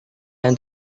yang